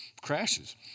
crashes